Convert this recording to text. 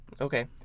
Okay